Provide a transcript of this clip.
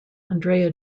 andrea